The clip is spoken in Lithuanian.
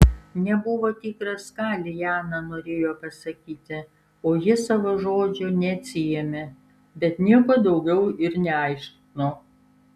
nebuvo tikras ką liana norėjo pasakyti o ji savo žodžių neatsiėmė bet nieko daugiau ir neaiškino